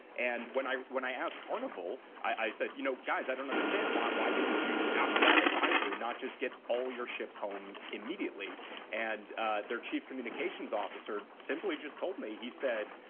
and when i when i asked carnival, i said, you know, guys, i don't understand why. why didn't you? after that advisory, not just get all your ships home immediately and their chief communications officer simply just told me, he said,